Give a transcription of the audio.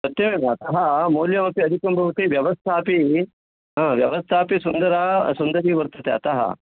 सत्यमेव अतः मौल्यमपि अधिकं भवति व्यवस्था अपि व्यवस्था अपि सुन्दरा सुन्दरी वर्तते अतः